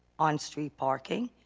on street parking,